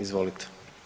Izvolite.